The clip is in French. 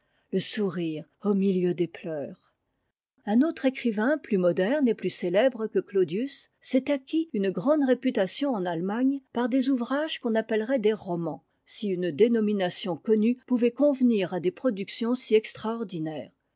le sourire au milieu des pleurs un autre écrivain plus moderne et plus célèbre que oaudius s'est acquis une grande réputation en allemagne par des ouvrages qu'on appellerait des romans si une dénomination connue pouvait convenir à des productions si extraordinaires